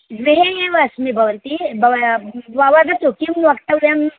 गृहे एव अस्मि भवती भवा वदतु किं वक्तव्यम्